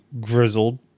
grizzled